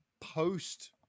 post